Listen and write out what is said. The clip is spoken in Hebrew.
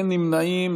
אין נמנעים.